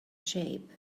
shape